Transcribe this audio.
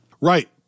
Right